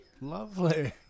lovely